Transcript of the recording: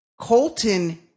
Colton –